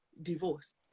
divorce